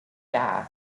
guy